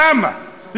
למה?